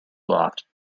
blocked